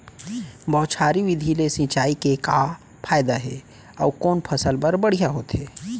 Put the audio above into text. बौछारी विधि ले सिंचाई के का फायदा हे अऊ कोन फसल बर बढ़िया होथे?